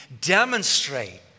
demonstrate